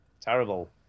Terrible